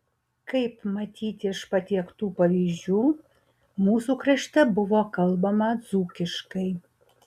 kaip matyti iš patiektų pavyzdžių mūsų krašte buvo kalbama dzūkiškai